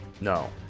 No